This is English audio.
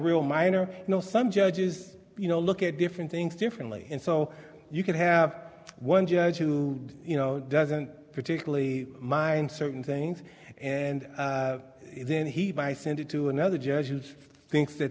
real minor you know some judges you know look at different things differently and so you can have one judge who you know doesn't particularly mind certain things and then he by send it to another judges thinks that